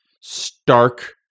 stark